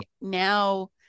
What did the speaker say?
Now